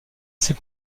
assez